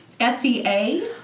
S-E-A